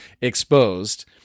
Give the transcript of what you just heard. exposed